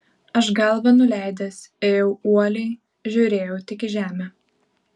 aš galvą nuleidęs ėjau uoliai žiūrėjau tik į žemę